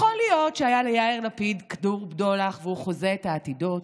יכול להיות שהיה ליאיר לפיד כדור בדולח והוא חזה את העתידות,